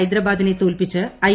ഹൈദരാബാദിനെ തോൽപ്പിച്ച് ഐ